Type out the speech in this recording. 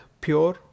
pure